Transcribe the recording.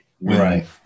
right